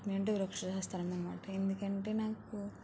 botany అంటే వృక్షశాస్త్రం అనమాట ఎందుకంటే నాకు